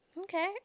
okay